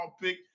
pick